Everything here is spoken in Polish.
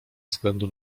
względu